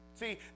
See